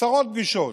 עשרות פגישות.